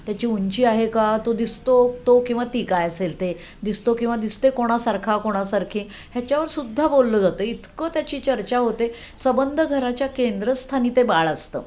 त्याची उंची आहे का तो दिसतो तो किंवा ती काय असेल ते दिसतो किंवा दिसते कोणासारखा कोणासारखे ह्याच्यावर सुद्धा बोललं जातं इतकं त्याची चर्चा होते सबंध घराच्या केंद्रस्थानी ते बाळ असतं